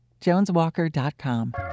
JonesWalker.com